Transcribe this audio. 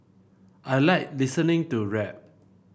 I like listening to rap